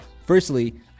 Firstly